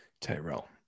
Tyrell